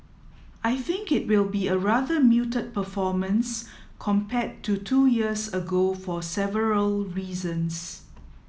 I think it will be a rather muted performance compared to two years ago for several reasons